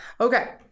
okay